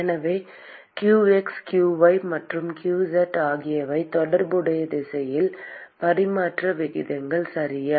எனவே qx qy மற்றும் qz ஆகியவை தொடர்புடைய திசையில் பரிமாற்ற விகிதங்கள் சரியா